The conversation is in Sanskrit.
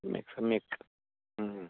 सम्यक् सम्यक्